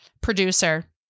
producer